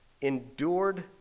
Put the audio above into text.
endured